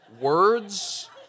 words